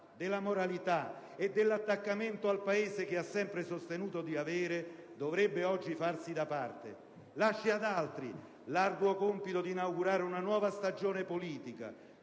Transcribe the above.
della moralità e dell'attaccamento al Paese che ha sempre sostenuto di avere, dovrebbe oggi farsi da parte. Lasci ad altri l'arduo compito di inaugurare una nuova stagione politica,